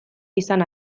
izan